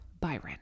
Byron